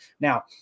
Now